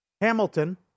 Hamilton